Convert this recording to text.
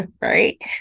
Right